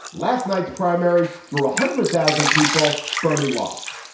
last night's primary drew a hundred thousand people bernie lost.